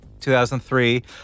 2003